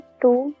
two